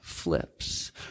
flips